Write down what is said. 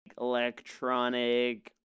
electronic